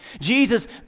Jesus